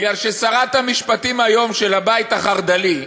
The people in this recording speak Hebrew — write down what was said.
מפני ששרת המשפטים היום של הבית החרד"לי,